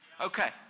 okay